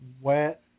wet